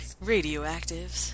Radioactive